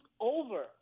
over